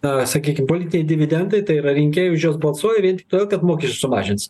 na sakykim politiniai dividendai tai yra rinkėjai už juos balsuoja vien tik todėl kad mokesčius sumažins